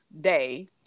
day